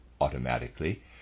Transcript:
automatically